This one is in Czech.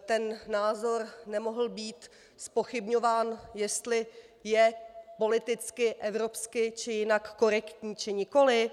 ten názor nemohl být zpochybňován, jestli je politicky, evropsky či jinak korektní, či nikoliv?